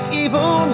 evil